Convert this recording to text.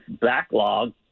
backlog